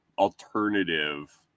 alternative